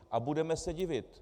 A budeme se divit.